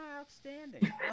Outstanding